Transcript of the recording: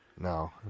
No